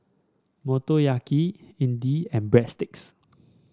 Motoyaki Idili and Breadsticks